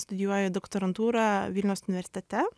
studijuoju doktorantūrą vilniaus universitete